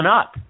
up